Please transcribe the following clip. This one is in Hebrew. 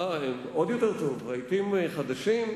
עוד יותר טוב, רהיטים חדשים.